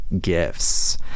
gifts